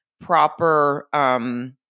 proper